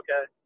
okay